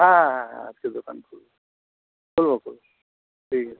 হ্যাঁ হ্যাঁ হ্যাঁ হ্যাঁ আজকে দোকান খুলবো খুলবো খুলবো ঠিক আছে